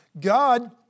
God